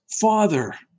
father